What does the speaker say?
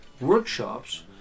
workshops